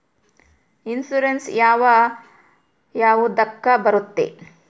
Insurance ಯಾವ ಯಾವುದಕ್ಕ ಬರುತ್ತೆ?